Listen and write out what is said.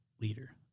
leader